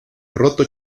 roto